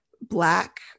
Black